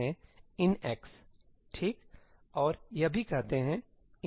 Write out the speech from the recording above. और यह भी कहते हैं in x